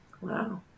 Wow